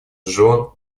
жен